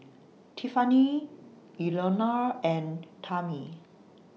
Tiffanie Elnora and Tami